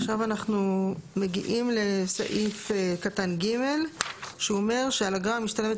עכשיו אנחנו מגיעים לסעיף קטן (ג) שאומר שעל האגרה המשתלמת